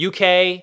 UK